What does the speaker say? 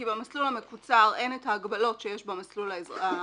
כי במסלול המקוצר אין את ההגבלות שיש במסלול הרגיל.